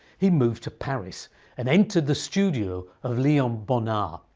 he moved to paris and entered the studio of leon bonnat,